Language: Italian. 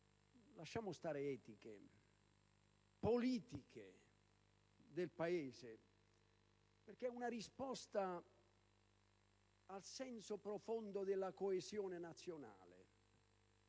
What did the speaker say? (lasciamo stare etiche) politiche del Paese, perché è una risposta al senso profondo della coesione nazionale,